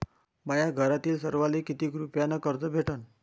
माह्या घरातील सर्वाले किती रुप्यान कर्ज भेटन?